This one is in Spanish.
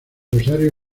rosario